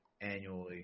annually